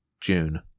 June